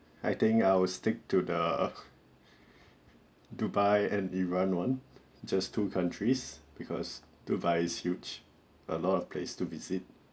I think I will stick to the dubai and iran one just two countries because dubai is huge a lot of places to visit